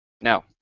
Now